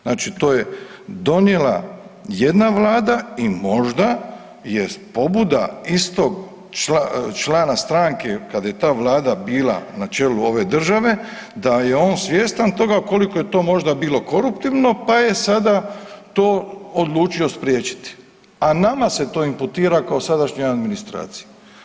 Znači to je donijela jedna vlada i možda je pobuda istog člana stranke kad je ta vlada bila na čelu ove države da je on svjestan toga koliko je to možda bilo koruptivno pa je sada to odlučio spriječiti, a nama se to imputira kao sadašnjoj administraciji.